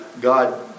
God